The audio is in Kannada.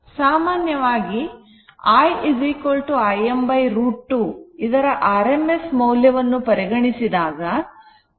ಸಾಮಾನ್ಯವಾಗಿ i Im √ 2 ಇದರ rms ಮೌಲ್ಯವನ್ನು ಪರಿಗಣಿಸಿದಾಗ ಕೋನವು 0 ಆಗುತ್ತದೆ